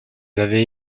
avez